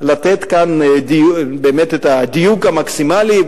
לתת כאן באמת את הדיוק המקסימלי,